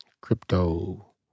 Crypto